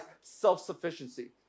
self-sufficiency